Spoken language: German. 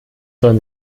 sollen